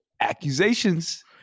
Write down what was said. Accusations